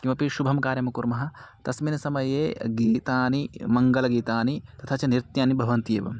किमपि शुभं कार्यं कुर्मः तस्मिन् समये गीतानि मङ्गलगीतानि तथा च नृत्यानि भवन्ति एव